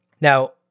Now